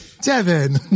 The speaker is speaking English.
Devin